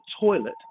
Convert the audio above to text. toilet